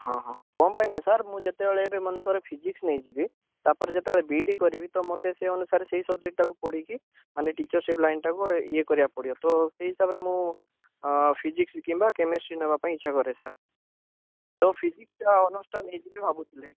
ହଁ ହଁ କ'ଣ ପାଇଁ ନା ସାର୍ ମୁଁ ଯେତେବେଳେ ଏବେ ମନେ କର ଫିଜିକ୍ସ ନେଇଯିବି ତା'ପରେ ଯେତେବେଳେ ବି ଇ ଡ଼ି କରିବି ତ ମୋତେ ସେଇ ଅନୁସାରେ ସେଇ ସବଜେକ୍ଟଟାକୁ ପଢ଼ିକି ମାନେ ଟିଚର୍ସିପ୍ ଲାଇନ୍ଟାକୁ ଗୋଟେ ଇଏ କରିବାକୁ ପଡ଼ିବ ତ ସେଇ ହିସାବରେ ମୁଁ ଫିଜିକ୍ସ କିମ୍ବା କେମେଷ୍ଟ୍ରି ନେବା ପାଇଁ ଇଚ୍ଛା କରେ ସାର୍ ତ ଫିଜିକ୍ସଟା ଅନର୍ସଟା ନେଇଯିବି ଭାବୁଥିଲି